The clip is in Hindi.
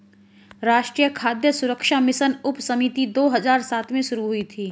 राष्ट्रीय खाद्य सुरक्षा मिशन उपसमिति दो हजार सात में शुरू हुई थी